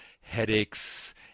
headaches